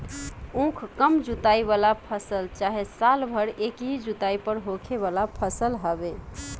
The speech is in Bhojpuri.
उख कम जुताई वाला फसल चाहे साल भर एकही जुताई पर होखे वाला फसल हवे